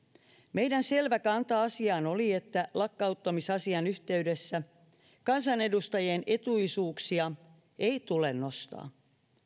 meidän selvä kanta asiaan oli että lakkauttamisasian yhteydessä kansanedustajien etuisuuksia ei tule nostaa